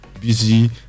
busy